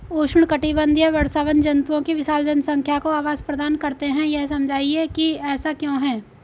उष्णकटिबंधीय वर्षावन जंतुओं की विशाल जनसंख्या को आवास प्रदान करते हैं यह समझाइए कि ऐसा क्यों है?